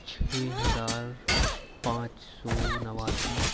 چھ ہزار پانچ سو نواسی